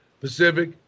Pacific